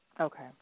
okay